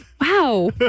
Wow